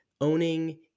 owning